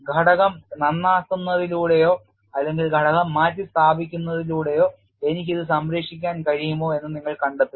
ഘടകം നന്നാക്കുന്നതിലൂടെയോ അല്ലെങ്കിൽ ഘടകം മാറ്റി സ്ഥാപിക്കുന്നതിലൂടെയോ എനിക്ക് ഇത് സംരക്ഷിക്കാൻ കഴിയുമോ എന്ന് നിങ്ങൾ കണ്ടെത്തുക